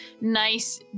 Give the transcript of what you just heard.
nice